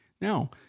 Now